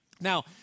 Now